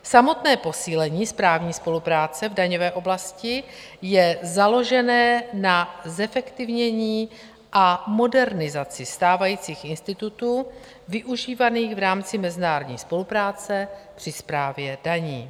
Samotné posílení správní spolupráce v daňové oblasti je založené na zefektivnění a modernizaci stávajících institutů využívaných v rámci mezinárodní spolupráce při správě daní.